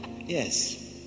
Yes